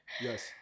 Yes